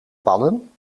pannen